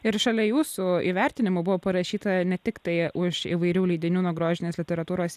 ir šalia jūsų įvertinimo buvo parašyta ne tiktai už įvairių leidinių nuo grožinės literatūros